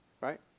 Right